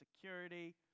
security